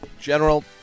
General